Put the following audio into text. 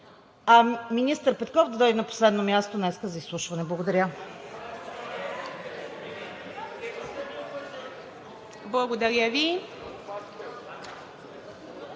а министър Петков да дойде на последно място днес за изслушване. Благодаря. (Шум и